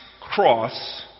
cross